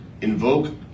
invoke